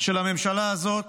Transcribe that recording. של הממשלה הזאת